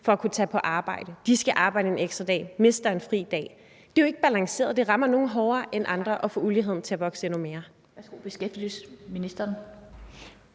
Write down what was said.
for at kunne tage på arbejde. De skal arbejde en ekstra dag, de mister en fridag. Det er jo ikke balanceret; det rammer nogle hårdere end andre og får uligheden til at vokse endnu mere.